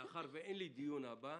מאחר ואין לי דיון נוסף,